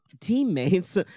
teammates